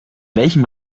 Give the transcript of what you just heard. welchem